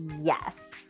yes